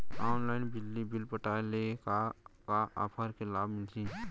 Online बिजली bill पटाय ले का का ऑफ़र के लाभ मिलही?